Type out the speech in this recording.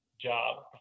job